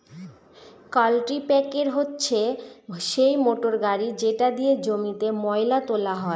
কাল্টিপ্যাকের হচ্ছে সেই মোটর গাড়ি যেটা দিয়ে জমিতে ময়লা তোলা হয়